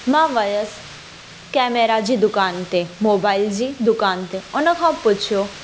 मां वियसि केमेरा जी दुकान ते मोबाइल जी दुकान ते हुनखां पुछियो